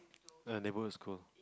a neighbourhood school